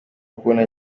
kubona